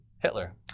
Hitler